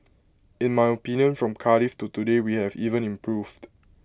in my opinion from Cardiff to today we have even improved